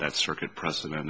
that circuit precedent